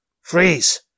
Freeze